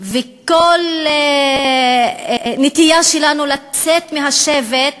וכל נטייה שלנו לצאת מהשבט